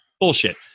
Bullshit